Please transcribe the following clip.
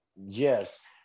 Yes